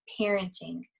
parenting